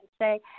say